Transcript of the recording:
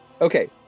Okay